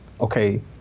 okay